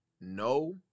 no